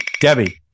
Debbie